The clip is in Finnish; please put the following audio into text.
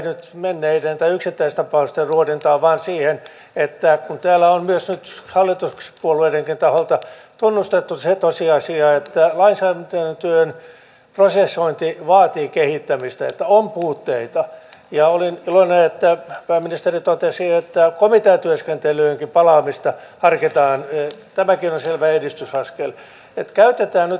nimittäin tuossa vastauspuheenvuoroa pyysin juuri siitä syystä että jotenkin tuli sellainen käsitys minulle edustajan puheesta että tämä satakuntalainen arki tuolla ydinvoimalan vieressä olisi niin auvoista että meillä ei minkäänlaisia turvallisuusriskejä ole kun sinne ei pakolaisia tarvitse ottaa